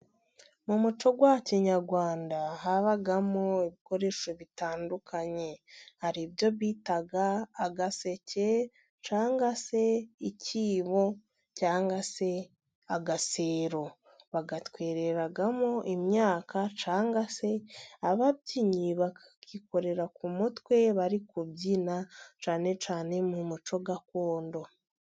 Mu muco wa kinyarwanda habagamo ibikoresho bitandukanye hari ibyo bitaga agaseke cyangwa se icyibo cyangwa se agasero. Bagatwereramo imyaka, cyangwa se ababyinnyi bakakikorera ku mutwe bari kubyina cyane cyane mu muco gakondo.